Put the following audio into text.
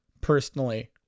personally